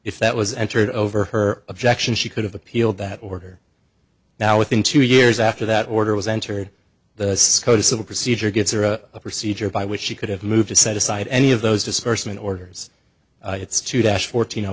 if that was entered over her objections she could have appealed that order now within two years after that order was entered the skoda civil procedure gives her a procedure by which she could have moved to set aside any of those disbursement orders it's to dash fourteen